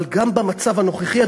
אבל גם במצב הנוכחי,